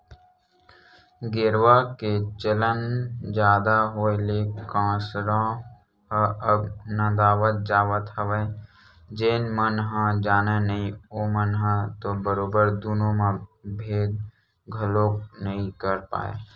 गेरवा के चलन जादा होय ले कांसरा ह अब नंदावत जावत हवय जेन मन ह जानय नइ ओमन ह तो बरोबर दुनो म भेंद घलोक नइ कर पाय